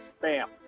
Bam